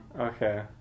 Okay